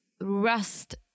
rust